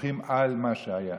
בוכים על מה שהיה,